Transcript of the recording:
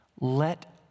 let